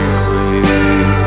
clean